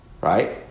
Right